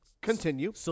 Continue